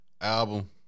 Album